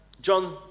John